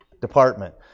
department